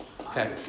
Okay